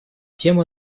тема